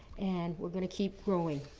and we're going to keep growing.